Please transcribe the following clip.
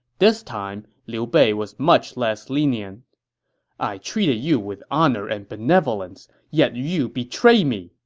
this time, liu bei was much less lenient i treated you with honor and benevolence, yet you betrayed me!